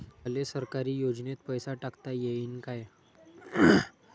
मले सरकारी योजतेन पैसा टाकता येईन काय?